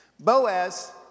Boaz